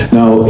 now